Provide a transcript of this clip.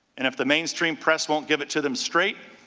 and, if the mainstream press won't give it to them straight,